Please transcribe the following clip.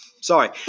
Sorry